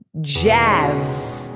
jazz